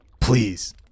Please